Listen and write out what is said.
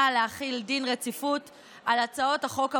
להחיל דין רציפות על הצעות החוק הבאות: